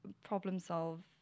problem-solve